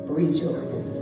rejoice